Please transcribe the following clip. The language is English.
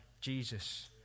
Jesus